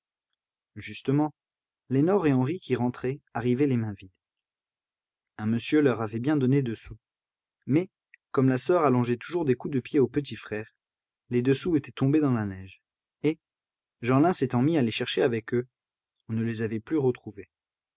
justement lénore et henri qui rentraient arrivaient les mains vides un monsieur leur avait bien donné deux sous mais comme la soeur allongeait toujours des coups de pied au petit frère les deux sous étaient tombés dans la neige et jeanlin s'étant mis à les chercher avec eux on ne les avait plus retrouvés